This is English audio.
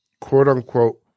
quote-unquote